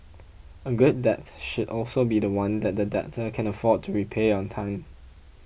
a good debt should also be one that the debtor can afford to repay on time